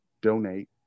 donate